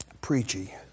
preachy